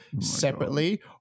separately